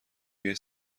بیای